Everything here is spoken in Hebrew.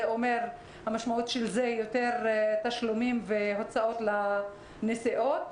מה שאומר יותר תשלומים והוצאות על נסיעות.